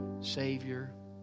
Savior